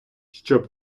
щоб